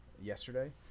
yesterday